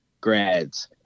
grads